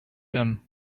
him